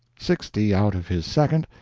sixty out of his second,